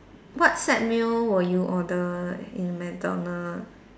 what set meal will you order in McDonald